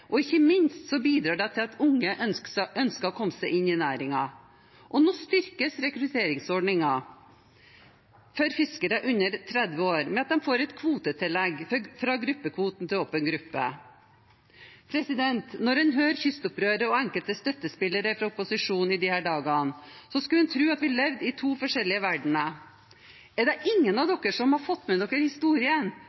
og investere, og ikke minst bidrar det til at unge ønsker å komme seg inn i næringen. Og nå styrkes rekrutteringsordningen for fiskere under 30 år med at de får et kvotetillegg fra gruppekvoten til åpen gruppe. Når en hører kystopprøret og enkelte støttespillere fra opposisjonen i disse dagene, skulle en tro at vi levde i to forskjellige verdener. Er det ingen av